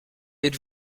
êtes